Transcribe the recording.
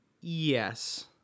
Yes